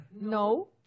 No